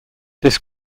this